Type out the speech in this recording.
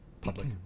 public